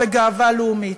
בגאווה לאומית.